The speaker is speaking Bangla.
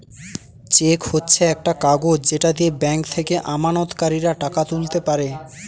চেক হচ্ছে একটা কাগজ যেটা দিয়ে ব্যাংক থেকে আমানতকারীরা টাকা তুলতে পারে